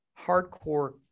hardcore